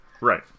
Right